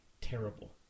terrible